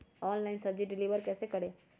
Online सब्जी deliver कैसे करें?